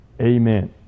Amen